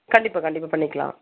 கண்டிப்பாக கண்டிப்பாக பண்ணிக்கலாம்